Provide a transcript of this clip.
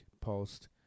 post